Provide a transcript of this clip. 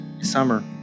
Summer